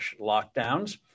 lockdowns